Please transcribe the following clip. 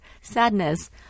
Sadness